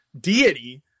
deity